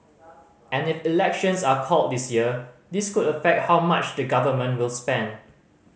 and if elections are called this year this could affect how much the Government will spend